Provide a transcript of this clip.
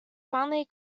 finally